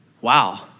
wow